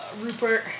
Rupert